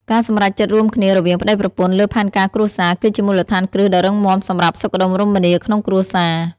ការសម្រេចចិត្តរួមគ្នារវាងប្តីប្រពន្ធលើផែនការគ្រួសារ គឺជាមូលដ្ឋានគ្រឹះដ៏រឹងមាំសម្រាប់សុខដុមរមនាក្នុងគ្រួសារ។